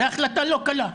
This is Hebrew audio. זו החלטה לא קלה.